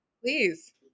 Please